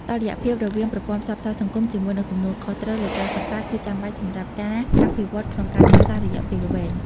តុល្យភាពរវាងប្រព័ន្ធផ្សព្វផ្សាយសង្គមជាមួយនឹងទំនួលខុសត្រូវលើការសិក្សាគឺចាំបាច់សម្រាប់ការអភិវឌ្ឍន៍ក្នុងការសិក្សារយៈពេលវែង។